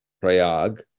Prayag